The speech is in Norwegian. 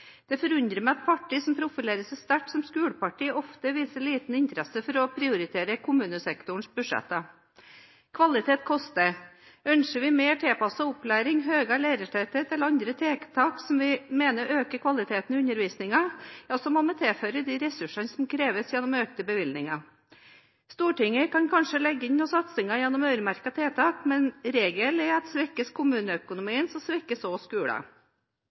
Det forundrer meg at partier som profilerer seg sterkt som skolepartier, ofte viser liten interesse for å prioritere kommunesektorens budsjetter. Kvalitet koster. Ønsker vi mer tilpasset opplæring, høyere lærertetthet eller andre tiltak som vi mener øker kvaliteten i undervisningen, må vi tilføre de ressursene som kreves, gjennom økte bevilgninger. Stortinget kan kanskje legge inn noen satsinger gjennom øremerkede tiltak, men regelen er at svekkes kommuneøkonomien, svekkes